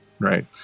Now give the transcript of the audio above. Right